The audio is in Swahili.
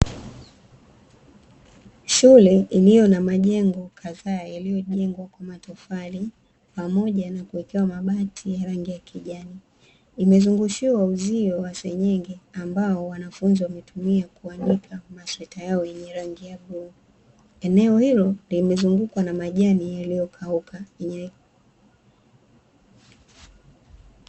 Shule iliyo na majengo kadhaa yaliyojengwa kwa matofali, pamoja na kuwekewa mabati ya rangi ya kijani. Imezungushiwa uzio wa senyenge, ambao wanafunzi wametumia kuanika masweta yao yenye rangi ya bluu. Eneo hilo limezungukwa na majani yaliyokauka.